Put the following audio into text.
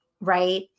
right